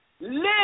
Live